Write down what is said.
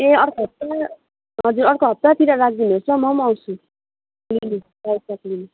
ए अर्को हप्ता हजुर अर्को हप्तातिर राखिदिनुहोस् ल म पनि आउँछु लिनु रायो साग लिनु